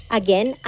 again